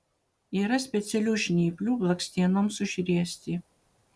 yra specialių žnyplių blakstienoms užriesti